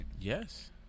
Yes